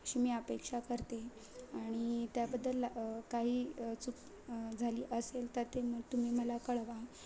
अशी मी अपेक्षा करते आणि त्याबद्दल काही चूक झाली असेल तर ते मग तुम्ही मला कळवा